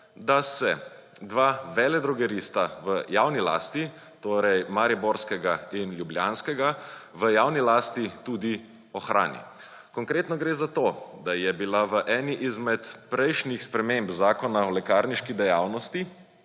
da se dva veledrogerista v javni lasti, torej mariborskega in ljubljanskega, v javni lasti tudi ohrani. Konkretno gre za to, da je bila v eni izmed prejšnjih sprememb Zakona o lekarniški dejavnosti